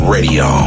Radio